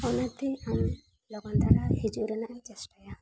ᱚᱱᱟᱛᱮ ᱟᱢ ᱞᱚᱜᱚᱱ ᱫᱷᱟᱨᱟ ᱦᱤᱡᱩᱜ ᱨᱮᱱᱟᱜ ᱮ ᱪᱮᱥᱴᱟᱭᱟ